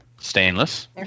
Stainless